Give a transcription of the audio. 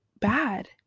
bad